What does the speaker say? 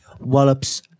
Wallops